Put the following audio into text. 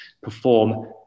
perform